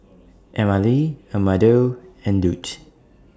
Emmalee Amado and Lute